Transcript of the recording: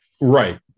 Right